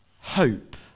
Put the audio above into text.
hope